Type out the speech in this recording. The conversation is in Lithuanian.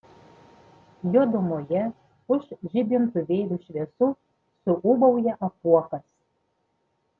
juodumoje už žibintuvėlių šviesų suūbauja apuokas